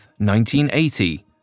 1980